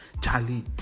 Charlie